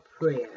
prayer